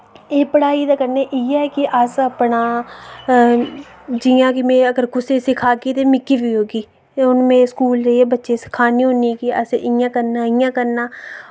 एह् पढ़ाई दा कन्नै इयै कि अस अपना जि'यां कि में अगर कुसे सिखागी ते मिकी बी औगी ते हुन में स्कूल जाइयै बच्चें सिखान्नी होन्नी कि असें इयां करना इयां करना